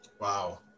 Wow